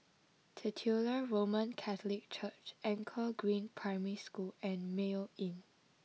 Titular Roman Catholic Church Anchor Green Primary School and Mayo Inn